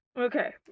Okay